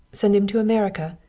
send him to america?